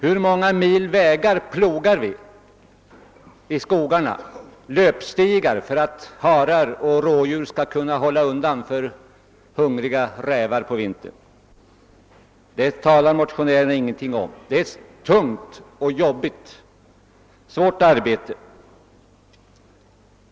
Hur många mil vägar och löpstigar plogar vi inte i skogarna för att harar och rådjur skall kunna hålla undan för hungriga rävar på vintern. Det talar motionärerna ingenting om. Det är ett tungt och svårt arbete.